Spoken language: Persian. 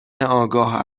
آگاه